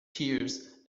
tears